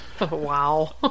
wow